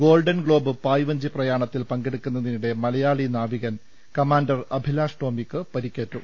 golden Globe പായ് വഞ്ചി പ്രയാണത്തിൽ പങ്കെടുക്കുന്നതിനിടെ മലയാളി നാവികൻ കമാണ്ടർ അഭിലാഷ് ടോമിക്ക് പരിക്കേറ്റു